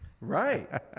Right